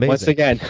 but once again.